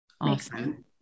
Awesome